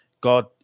God